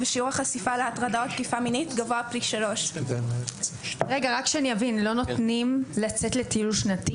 ושיעור החשיפה להטרדה או תקיפה מינית גבוה פי 3. אני רק רוצה להבין: לא נותנים לצאת לטיול שנתי?